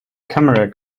camera